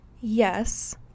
yes